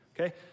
okay